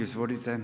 Izvolite.